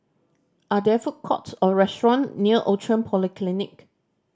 are there food courts or restaurant near Outram Polyclinic